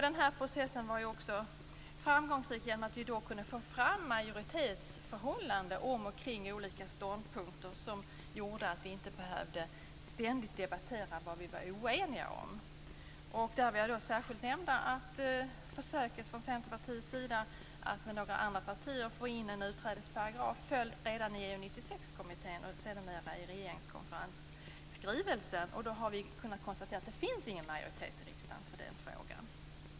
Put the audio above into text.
Den här processen var ju också framgångsrik genom att vi kunde få fram majoritetsförhållanden om och kring olika ståndpunkter. Det gjorde att vi inte ständigt behövde debattera vad vi var oeniga om. Jag vill särskilt nämna försöket från Centerpartiets sida att med några andra partier få in en utträdesparagraf. Förslaget föll redan i EU 96-kommittén och sedermera i regeringskonferensskrivelsen. Då har vi kunnat konstatera att det inte finns någon majoritet i riksdagen för den frågan.